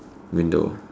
window